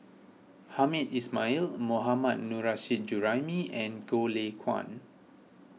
Hamed Ismail Mohammad Nurrasyid Juraimi and Goh Lay Kuan